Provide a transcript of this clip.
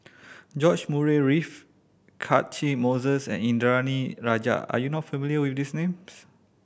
George Murray Reith Catchick Moses and Indranee Rajah are you not familiar with these names